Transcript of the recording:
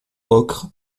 ocre